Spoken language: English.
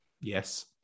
Yes